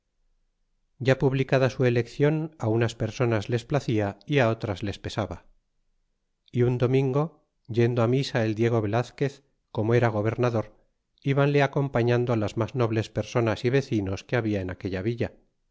ya publicada su eleccion unas personas les placia y otras les pesaba y un domingo yendo misa el diego velazquez como era gobernador ibanle acompañando las mas nobles personas y vecinos que habla en aquella villa